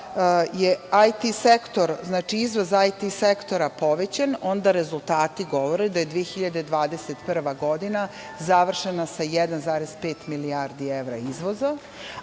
izvoz IT sektora povećan, onda rezultati govore je da 2021. godina završena sa 1,5 milijardi evra izvoza,